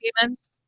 demons